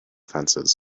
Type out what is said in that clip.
fences